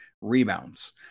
rebounds